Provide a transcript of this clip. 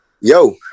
yo